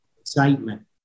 excitement